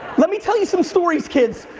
let me tell you some stories, kids.